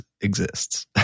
exists